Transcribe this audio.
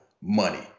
money